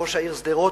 ראש העיר שדרות,